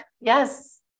Yes